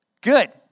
good